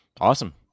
Awesome